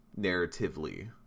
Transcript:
narratively